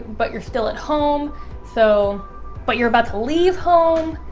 but you're still at home so but you're about to leave home,